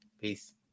Peace